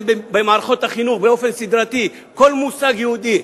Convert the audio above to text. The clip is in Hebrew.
במערכות החינוך באופן סדרתי כל מושג יהודי,